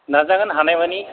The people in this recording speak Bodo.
नाजागोन हानायमानि